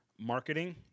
Marketing